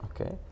Okay